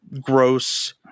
gross